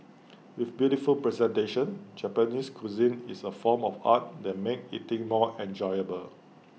with beautiful presentation Japanese cuisine is A form of art that make eating more enjoyable